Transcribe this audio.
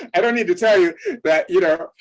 i don't need to tell you that, you know,